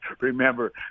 remember